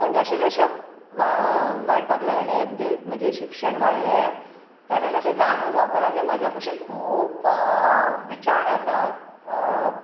पूण जशें जशें वा वाडपाक लागलें म्हणजें म्हजें शिक्षण वाडलें तशें जाणून जावपाक लागलें म्हज्या कुशीक खूब विचार आसात